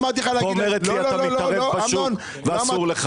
לא אמרתי לך להגיד --- ואומרים לי שאני מתערב בשוק ואסור לי.